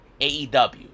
AEW